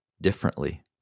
differently